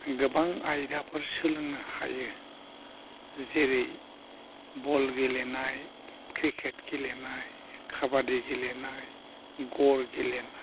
गोबां आयदाफोर सोलोंनो हायो जेरै बल गेलेनाय क्रिकेट गेलेनाय काबाडि गेलेनाय गल गेलेनाय